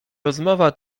rozmowa